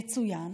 יצוין